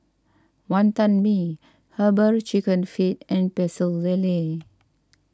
Wantan Mee Herbal Chicken Feet and Pecel Lele